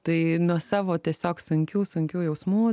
tai nuo savo tiesiog sunkių sunkių jausmų